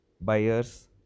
buyers